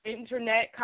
internet